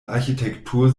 architektur